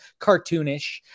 cartoonish